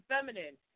Feminine